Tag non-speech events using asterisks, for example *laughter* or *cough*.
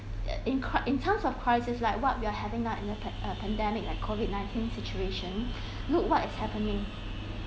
uh in cou~ in terms of prices like what we are having now in a pan~ uh pandemic like COVID nineteen situation *breath* look what is happening